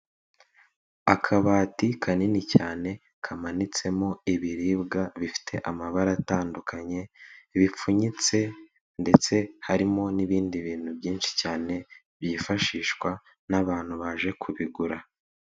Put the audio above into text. Akabati kanini cyane kamanitsemo ibiribwa bifite amabara atandukanye bipfunyitse ndetse harimo n'ibindi bintu byinshi cyane byifashishwa n'abantu baje kubigura.